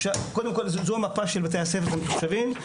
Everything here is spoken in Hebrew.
זו המפה של בתי הספר המתוקשבים.